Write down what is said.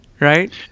right